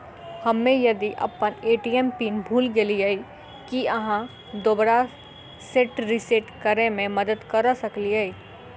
हम्मे यदि अप्पन ए.टी.एम पिन भूल गेलियै, की अहाँ दोबारा सेट रिसेट करैमे मदद करऽ सकलिये?